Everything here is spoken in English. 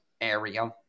area